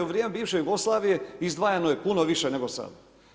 U vrijeme bivše Jugoslavije izdvajano je puno više nego sada.